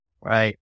Right